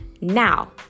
Now